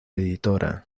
editora